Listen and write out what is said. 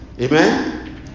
Amen